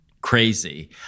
crazy